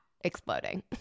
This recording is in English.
exploding